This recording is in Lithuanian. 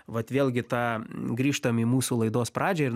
vat vėlgi tą grįžtam į mūsų laidos pradžią ir